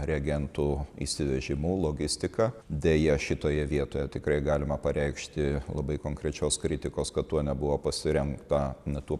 reagentų įsivežimu logistika deja šitoje vietoje tikrai galima pareikšti labai konkrečios kritikos kad tuo nebuvo pasirengta ne tuo